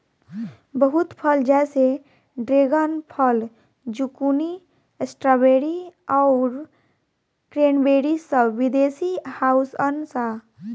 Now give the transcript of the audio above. बहुत फल जैसे ड्रेगन फल, ज़ुकूनी, स्ट्रॉबेरी आउर क्रेन्बेरी सब विदेशी हाउअन सा